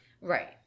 Right